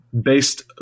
based